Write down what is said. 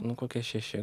nu kokie šeši